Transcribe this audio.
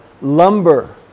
lumber